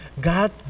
God